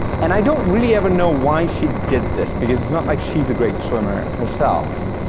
and i don't really ever know why she did this because it's not like she's a great swimmer herself,